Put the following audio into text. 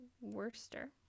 Worcester